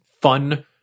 fun